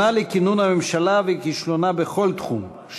שנה לכינון הממשלה ולכישלונה בכל התחומים,